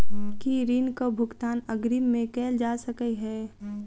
की ऋण कऽ भुगतान अग्रिम मे कैल जा सकै हय?